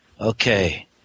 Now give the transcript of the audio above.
Okay